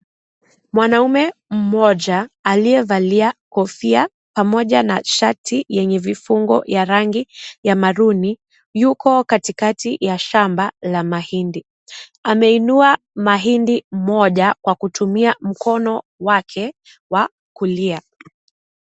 Mwanaume mmoja aliyevalia kofia pamoja na shati yenye vifungo ya rangi ya maruni yuko katikati ya shamba la mahindi. Ameinua mahindi moja kwa kutumia mkono wake wa kulia.